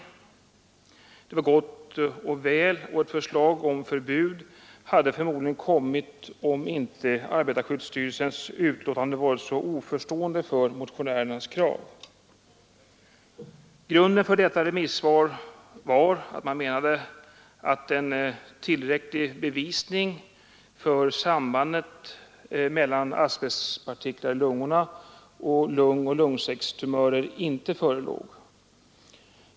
Detta var gott och väl, och ett förslag om förbud hade förmodligen lagts fram om inte arbetarskyddsstyrelsens utlåtande varit mycket oförstående till motionärernas krav. Grunden för remissvaret var att man menade att en tillräcklig bevisning för sambandet mellan asbestpartiklar i lungorna och lungoch lungsäckstumörer inte förelåg.